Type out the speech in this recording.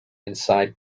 inside